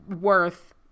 worth